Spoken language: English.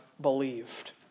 believed